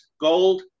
gold